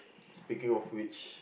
speaking of which